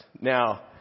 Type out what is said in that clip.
Now